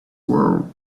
world